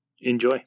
enjoy